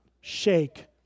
shake